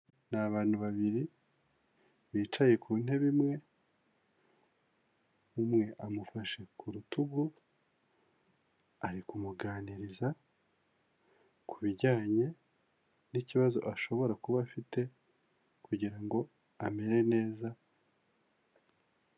Ni abantu babiri bicaye ku ntebe imwe, umwe amufashe ku rutugu ari kumuganiriza kubijyanye n'ikibazo ashobora kuba afite kugira ngo amere neza.